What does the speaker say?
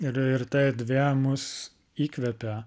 ir ir ta erdvė mus įkvėpė